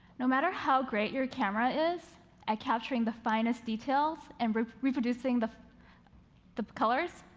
no matter how great your camera is at capturing the finest details and reproducing the the colors,